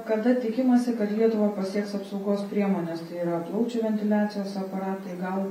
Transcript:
kada tikimasi kad lietuvą pasieks apsaugos priemonės tai yra plaučių ventiliacijos aparatai gal